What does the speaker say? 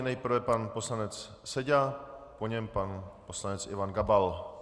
Nejprve pan poslanec Seďa, po něm pan poslanec Ivan Gabal.